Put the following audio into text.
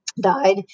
Died